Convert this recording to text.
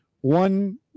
one